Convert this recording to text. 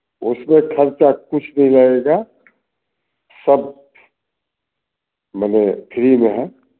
उसमें खर्चा कुछ नहीं लगेगा सब मने फ्री में है